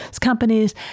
companies